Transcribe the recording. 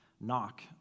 Knock